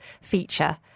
feature